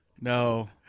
No